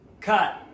Cut